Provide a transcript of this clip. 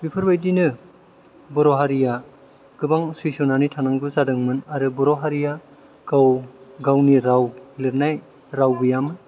बेफोरबायदिनो बर' हारिया गोबां सैज्यनानै थानांगौ जादोंमोन आरो बर' हारिया गाव गावनि राव लिरनाय राव गैयामोन